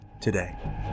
today